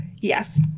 Yes